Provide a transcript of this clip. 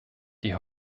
die